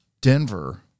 Denver